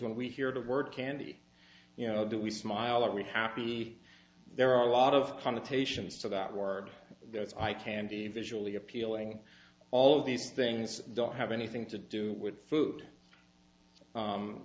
when we hear the word candy you know do we smile are we happy there are a lot of connotations to that word that's i can be visually appealing all of these things don't have anything to do with food